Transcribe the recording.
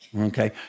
okay